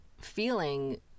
feeling